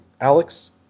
Alex